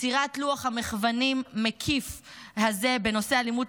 יצירת לוח המחוונים המקיף הזה בנושא אלימות